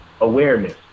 awareness